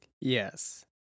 Yes